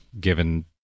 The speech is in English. given